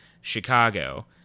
Chicago